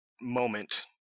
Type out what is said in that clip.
moment